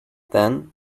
then